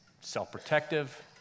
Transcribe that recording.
self-protective